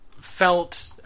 felt